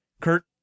Kurt